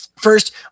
first